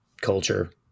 culture